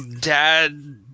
dad